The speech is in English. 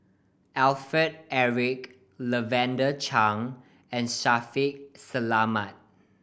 Alfred Eric Lavender Chang and Shaffiq Selamat